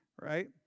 right